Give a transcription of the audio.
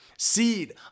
Seed